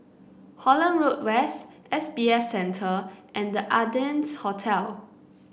Holland Road West S B F Center and The Ardennes Hotel